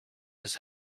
his